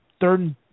third